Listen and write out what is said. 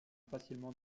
facilement